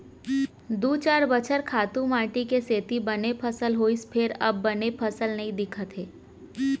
दू चार बछर खातू माटी के सेती बने फसल होइस फेर अब बने फसल नइ दिखत हे